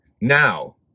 now